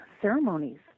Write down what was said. ceremonies